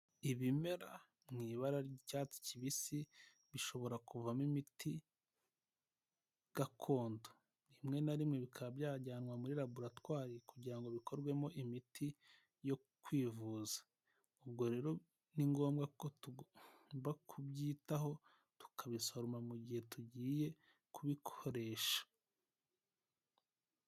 Ibimera mu ibara ry'icyatsi kibisi, bishobora kuvamo imiti gakondo, rimwe na rimwe bikaba byajyanwa muri laboratwari kugira ngo bikorwemo imiti yo kwivuza, ubwo rero ni ngombwa ko tugomba kubyitaho, tukabisoroma mu gihe tugiye kubikoresha.